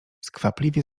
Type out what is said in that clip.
skwapliwie